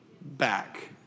back